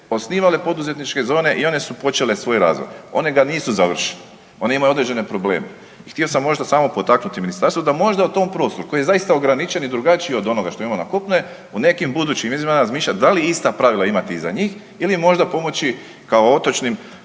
osnivale poduzetničke zone i one su počele svoj razvoj, one ga nisu završile, one imaju određene probleme. I htio sam možda samo potaknuti ministarstvo da možda o tom prostoru koji je zaista ograničen i drugačiji od onoga što imamo na kopnu je u nekim budućim izmjenama razmišljat da li ista pravila imati i za njih ili je možda pomoći kao otočnim